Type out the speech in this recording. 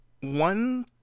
one